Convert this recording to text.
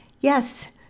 Yes